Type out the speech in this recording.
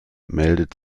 meldet